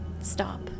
stop